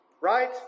Right